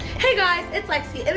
hey guys, it's lexie,